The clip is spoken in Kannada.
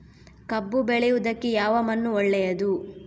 ಕಬ್ಬು ಬೆಳೆಯುವುದಕ್ಕೆ ಯಾವ ಮಣ್ಣು ಒಳ್ಳೆಯದು?